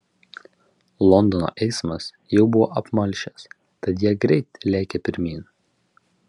londono eismas jau buvo apmalšęs tad jie greit lėkė pirmyn